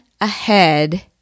ahead